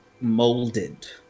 molded